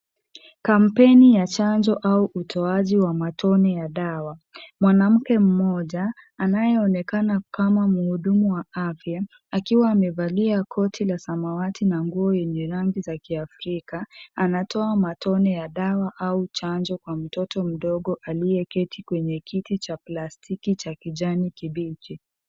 Kampeni ya chanjo au utoaji wa matone ya dawa. Mwanamke mmoja anayeonekana kama mhudumu wa afya akiwa amevalia koti la samawati na nguo yenye rangi za kiafrika ,anatoa matone ya dawa au chanjo kwa mtoto mdogo aliyeketi kwenye kiti cha plastiki cha kijani kibichi.